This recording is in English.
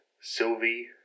Sylvie